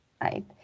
right